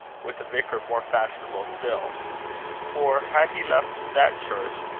with a vicar more fashionable still for had he left that church,